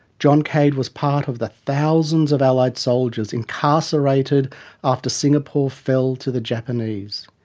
john cade was part of the thousands of allied soldiers incarcerated after singapore fell to the japanese.